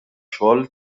xogħol